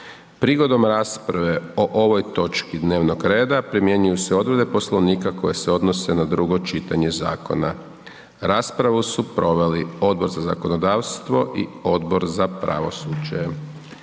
Prigodom rasprave o ovim točkama dnevnog reda primjenjuju se odredbe Poslovnika koje se odnose na drugo čitanje zakona. Raspravu su proveli i Odbor za zakonodavstvo i Odbor za poljoprivredu.